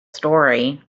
story